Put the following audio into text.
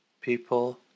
People